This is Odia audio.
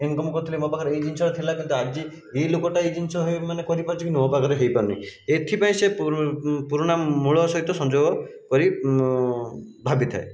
ଇନକମ୍ କରିଥିଲି ମୋ ପାଖରେ ଏଇ ଜିନିଷ ଥିଲା କିନ୍ତୁ ଆଜି ଏହି ଲୋକଟା ଏହି ଜିନିଷ ହୋଇ ମାନେ କରିପାରୁଛି କି ନୁହଁ ମୋ ପାଖରେ ହେଇପାରୁନି ଏଥିପାଇଁ ସେ ପୁରୁ ପୁରୁଣା ମୂଳ ସହିତ ସଂଯୋଗ କରି ଭାବିଥାଏ